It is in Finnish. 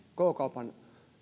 k kaupan